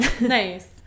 Nice